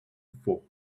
for